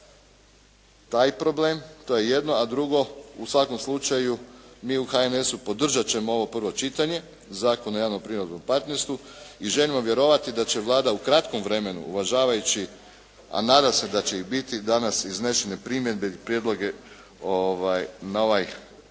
taj problem, to je jedno. A drugo, u svakom slučaju mi u HNS-u podržati ćemo ovo prvo čitanje, Zakon o javnom privatnom partnerstvu i željno vjerovati da će Vlada u kratkom vremenu uvažavajući a nadam se da će i biti danas iznesene primjedbe ili prijedloge na ovaj